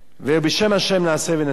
ובשם השם נעשה ונצליח.